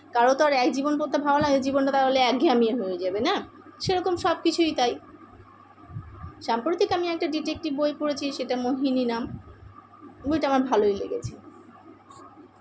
হ্যাঁ এই স্বপ্নের লাইব্রেরি বলতে আমার ইচ্ছা আছে যদি কখনও হয় আমার বাড়িতে তো কোনো পার্সোনাল লাইব্রেরি নেই যদি হয় কখনও আমি একটা বাড়িতে সুন্দর একটা লাইব্রেরি বানাব যেখানে পড়ার বইয়ের তাক থাকবে আলাদা